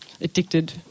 addicted